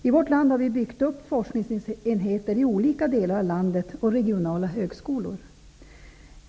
I vårt land har vi byggt upp forskningsenheter i olika delar av landet och regionala högskolor.